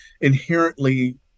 inherently